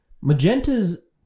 magenta's